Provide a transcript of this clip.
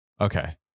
Okay